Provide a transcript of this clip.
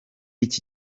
iki